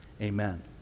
amen